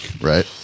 right